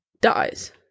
dies